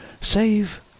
Save